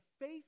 faith